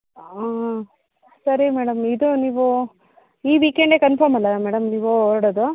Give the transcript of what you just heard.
ಹಾಂ ಸರಿ ಮೇಡಮ್ ಇದು ನೀವು ಈ ವೀಕ್ ಎಂಡೇ ಕನ್ಫರ್ಮ್ ಅಲ್ಲ ಮೇಡಮ್ ನೀವು ಹೊರ್ಡೋದು